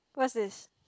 what's this